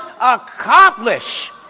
accomplish